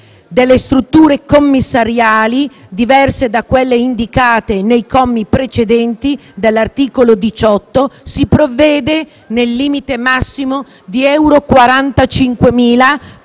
delle strutture commissariali diverse da quelle indicate nei commi precedenti dell'articolo 18 si provvede nel limite massimo di euro 45.000 per